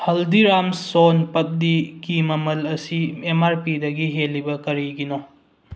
ꯍꯜꯗꯤꯔꯥꯝꯁ ꯁꯣꯟ ꯄꯕꯗꯤꯒꯤ ꯃꯃꯜ ꯑꯁꯤ ꯑꯦꯝ ꯑꯥꯔ ꯄꯤꯗꯒꯤ ꯍꯦꯜꯂꯤꯕ ꯀꯔꯤꯒꯤꯅꯣ